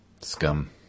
scum